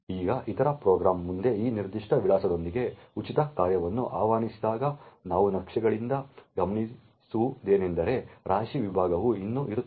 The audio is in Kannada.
ಈಗ ಇತರ ಪ್ರೋಗ್ರಾಂ ಮುಂದೆ ಆ ನಿರ್ದಿಷ್ಟ ವಿಳಾಸದೊಂದಿಗೆ ಉಚಿತ ಕಾರ್ಯವನ್ನು ಆಹ್ವಾನಿಸಿದಾಗ ನಾವು ನಕ್ಷೆಗಳಿಂದ ಗಮನಿಸುವುದೇನೆಂದರೆ ರಾಶಿ ವಿಭಾಗವು ಇನ್ನೂ ಇರುತ್ತದೆ